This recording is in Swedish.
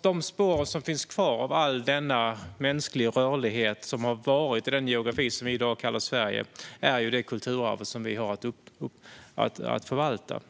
De spår som finns kvar av all denna mänskliga rörlighet som har skett i den geografi som vi i dag kallar Sverige är det kulturarv vi har att förvalta.